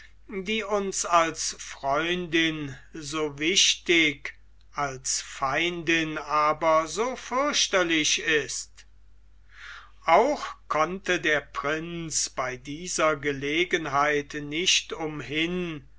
die uns als freundin so wichtig als feindin aber so fürchterlich ist auch konnte der prinz bei dieser gelegenheit nicht umhin